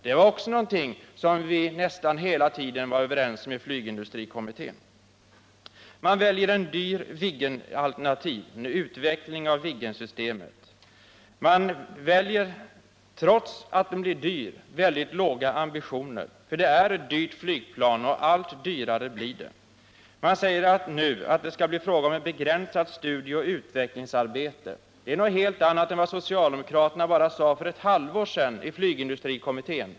Det var också någonting som vi hela tiden var överens om i flygindustrikommittén. Man väljer ett dyrt Viggenalternativ, en utveckling av Viggensystemet. Man väljer, trots att det blir dyrt, väldigt låga ambitioner. Det är ett dyrt flygplan, och allt dyrare blir det. Man säger nu att det skall bli fråga om ett begränsat studieoch utvecklingsarbete. Det är något helt annat än vad socialdemokraterna sade för bara ett halvår sedan i flygindustrikommittén.